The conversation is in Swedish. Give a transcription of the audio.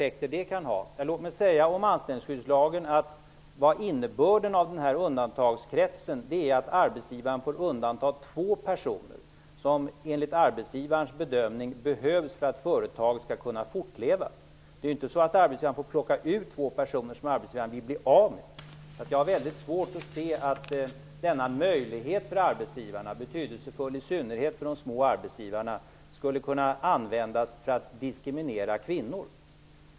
Låt mig säga följande om lagen om anställningskydd. Innebörden av undantagskretsen är att arbetsgivaren får undanta två personer som enligt arbetsgivarens bedömning behövs för att företaget skall kunna fortleva. Det är inte så att arbetsgivaren får plocka ut två personer som arbetsgivaren vill bli av med. Jag har svårt att se att denna möjlighet för arbetsgivare -- som är betydelsefull för de små arbetsgivarna -- skulle kunna användas för att diskriminera kvinnor.